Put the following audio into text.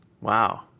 Wow